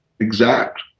Exact